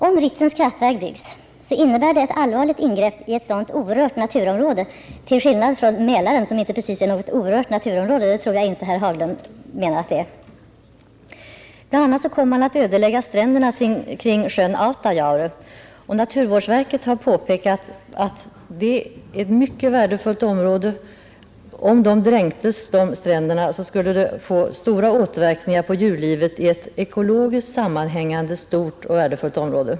Om Ritsems kraftverk byggs, innebär det ett allvarligt ingrepp i ett sådant orört naturområde, till skillnad från vad som gäller Mälarområdet, som inte precis är något orört naturområde; det tror jag inte herr Haglund menar att det är. Bl. a. kommer man att ödelägga stränderna kring sjön Autajaure, och naturvårdsverket har påpekat att det är ett mycket värdefullt område. Om de stränderna dränktes, skulle det få stora återverkningar på djurlivet i ett ekologiskt sammanhängande, stort och värdefullt område.